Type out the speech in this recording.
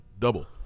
Double